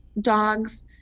dogs